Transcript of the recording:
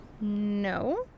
No